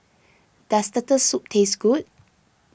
does Turtle Soup taste good